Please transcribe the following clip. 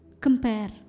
Compare